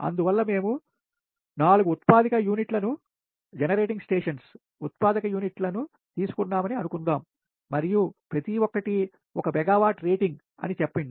అందువల్లమేము 4 ఉత్పాదక యూనిట్లను తీసుకుంటున్నామని అనుకుందాం మరియు ప్రతి ఒక్కటి 1 మెగావాట్ రేటింగ్ అని చెప్పండి